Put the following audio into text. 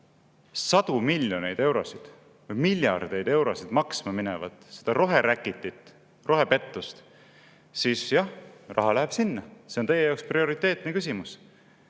sadu miljoneid eurosid, miljardeid eurosid maksma minevat roheräkitit, rohepettust, siis jah, raha läheb sinna. See on teie jaoks prioriteetne küsimus.